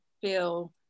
feel